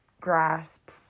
grasp